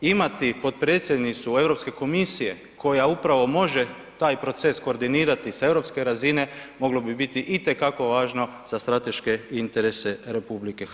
Imati potpredsjednicu Europske komisije koja upravo može taj proces koordinirati sa europske razine moglo bi biti itekako važno za strateške interese RH.